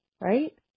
right